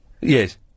Yes